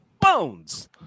Bones